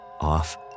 off